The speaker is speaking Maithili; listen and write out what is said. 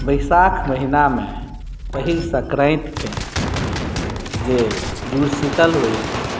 वैशाख महिनामे पहिल सँक्रान्तिकेँ जे जूड़शीतल होइत अछि